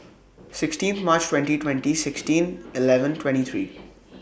sixteen March twenty twenty sixteen eleven twenty three